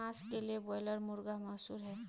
मांस के लिए ब्रायलर मुर्गा मशहूर है